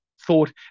thought